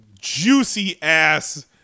juicy-ass